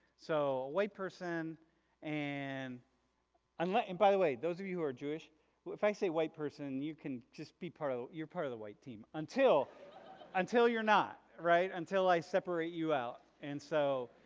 so, a white person and i'm letting by the way those of you who are jewish well if i say white person you can just be part of, you're part of the white team. until until you're not. right? until i separate you out, and so,